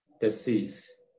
disease